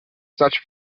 such